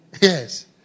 Yes